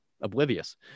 oblivious